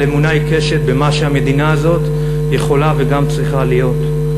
אמונה עיקשת במה שהמדינה הזאת יכולה וגם צריכה להיות.